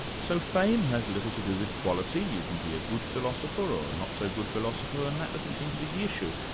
so fame has little to do with quality, you can be a good philosopher or a not so good philosopher and that doesn't seem to be the issue.